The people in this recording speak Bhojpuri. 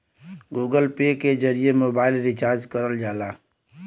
गूगल पे के जरिए मोबाइल रिचार्ज करल जाला